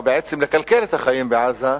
או בעצם לקלקל את החיים בעזה,